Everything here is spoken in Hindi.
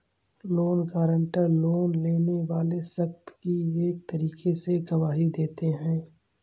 लोन गारंटर, लोन लेने वाले शख्स की एक तरीके से गवाही देते हैं